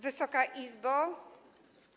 Wysoka Izbo!